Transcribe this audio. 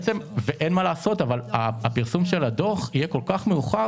אין מה לעשות אבל הפרסום של הדוח יהיה כל כך מאוחר